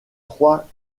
trois